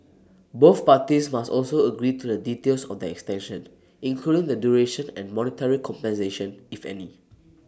both parties must also agree to the details of the extension including the duration and monetary compensation if any